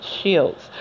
shields